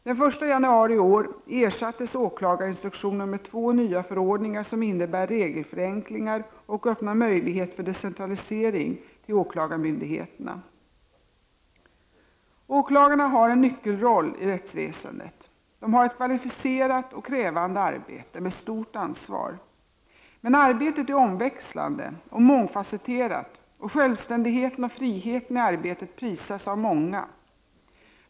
Den 1 januari i år ersattes åklagarinstruktionen med två nya förordningar som innebär regelförenklingar och öppnar möjlighet för decentralisering för åklagarmyndigheterna. Åklagarna har en nyckelroll i rättsväsendet. De har ett kvalificerat och krävande arbete med stort ansvar. Men arbetet är omväxlande och mångfasetterat och självständigheten och friheten i arbetet prisas av många.